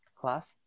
class